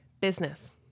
business